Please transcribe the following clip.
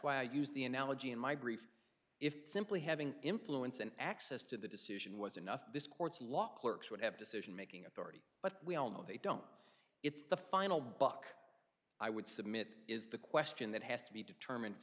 why i use the analogy in my brief if simply having influence and access to the decision was enough this court's law clerks would have decision making but we all know they don't it's the final buck i would submit is the question that has to be determined